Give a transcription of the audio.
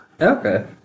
Okay